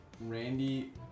Randy